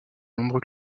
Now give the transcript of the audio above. nombreux